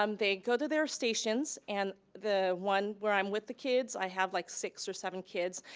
um they go to their stations, and the one where i'm with the kids, i have like, six or seven kids,